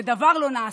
ודבר לא נעשה.